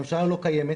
הממשלה לא קיימת.